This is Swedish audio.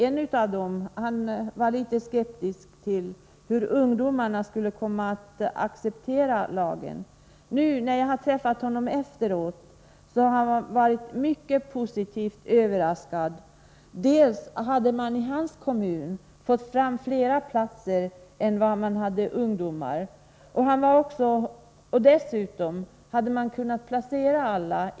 En av dem var litet skeptisk då det gällde i vilken utsträckning ungdomarna skulle komma att acceptera lagen. När jag träffat honom nu efteråt, har han varit positivt överraskad. Dels hade man i hans kommun fått fram flera platser än man hade ungdomar, dels hade man dessutom kunnat placera alla.